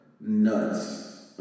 Nuts